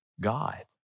God